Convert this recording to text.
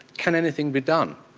can anything we done?